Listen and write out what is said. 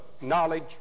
knowledge